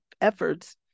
efforts